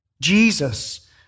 Jesus